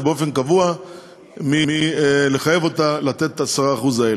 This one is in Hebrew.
באופן קבוע ולא לחייב אותן לתת את ה-10% האלה.